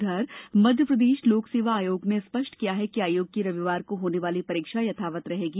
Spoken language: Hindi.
उधर मध्यप्रदेश लोकसेवा आयोग ने स्पष्ट किया है कि आयोग की रविवार को होने वाली परीक्षा यथावत रहेगी